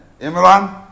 Imran